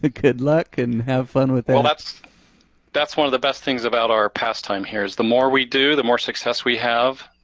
good luck and have fun with that. well that's that's one of the best things about our past time here, is the more we do, the more success we have,